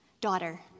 daughter